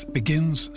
begins